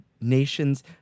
nation's